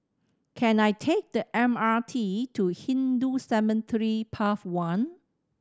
can I take the M R T to Hindu Cemetery Path One